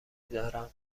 دارم